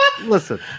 listen